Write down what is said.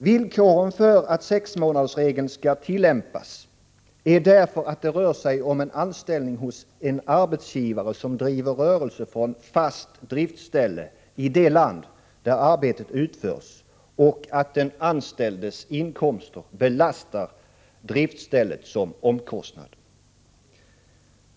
Villkoren för att sexmånadersregeln skall tillämpas är därför att det rör sig om en anställning hos en arbetsgivare som driver rörelse från fast driftsställe i det land där arbetet utförs och att den anställdes inkomst belastar driftsstället som omkostnad.